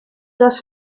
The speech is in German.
das